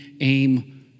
aim